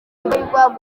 rudahigwa